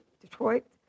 Detroit